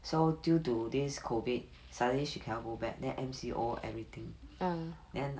so due to this COVID suddenly she cannot go back then M_C_O everything then